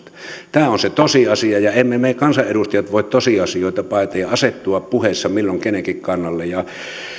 tämä on se tosiasia ja emme me kansanedustajat voi tosiasioita paeta ja asettua puheissa milloin kenenkin kannalle